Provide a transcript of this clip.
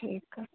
ठीक